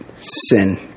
Sin